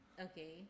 okay